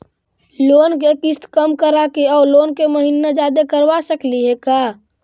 Loan के किस्त कम कराके औ लोन के महिना जादे करबा सकली हे का?